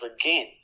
again